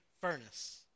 furnace